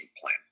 plan